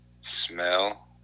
smell